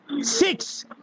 Six